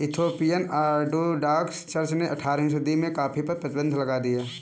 Ethiopian orthodox church ने अठारहवीं सदी में कॉफ़ी पर प्रतिबन्ध लगा दिया